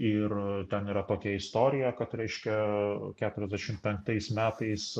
ir ten yra tokia istorija kad reiškia keturiasdešim penktais metais